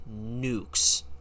nukes